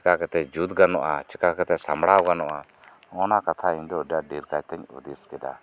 ᱪᱮᱠᱟ ᱠᱟᱛᱮ ᱡᱩᱛ ᱜᱟᱱᱚᱜᱼᱟ ᱪᱮᱠᱟ ᱠᱟᱛᱮ ᱥᱟᱢᱵᱲᱟᱣ ᱜᱟᱱᱚᱜᱼᱟ ᱦᱚᱱᱚᱜ ᱠᱟᱛᱷᱟ ᱤᱧ ᱫᱚ ᱰᱮᱨ ᱠᱟᱭᱛᱮᱧ ᱦᱩᱫᱤᱥ ᱠᱮᱫᱟ